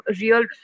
real